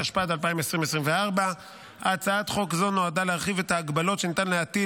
התשפ"ד 2024. הצעת חוק זו נועדה להרחיב את ההגבלות שניתן להטיל